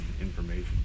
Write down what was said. information